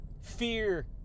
Fear